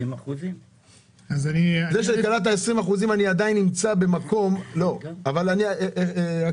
20%. זאת